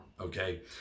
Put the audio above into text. okay